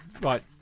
Right